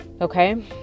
Okay